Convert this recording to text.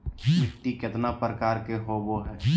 मिट्टी केतना प्रकार के होबो हाय?